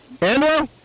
Andrew